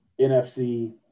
NFC